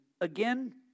Again